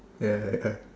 ya